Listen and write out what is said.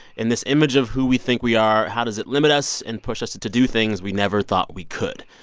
and this image of who we think we are, how does it limit us and push us to do things we never thought we could?